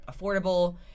affordable